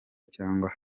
cyangwa